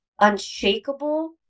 unshakable